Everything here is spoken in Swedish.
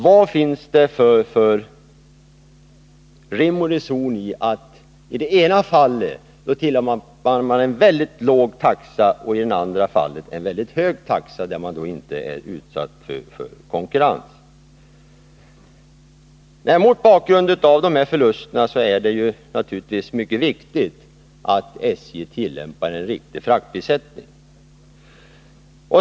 Vad finns det för rim och reson i att i det ena fallet tillämpa en mycket låg taxa och i det andra fallet, där man inte är utsatt för konkurrens, en mycket hög taxa? Mot bakgrund av dessa förluster är det naturligtvis mycket viktigt att SJ tillämpar en riktig fraktprissättning.